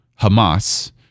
Hamas